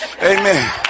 amen